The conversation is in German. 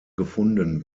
gefunden